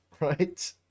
right